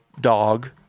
dog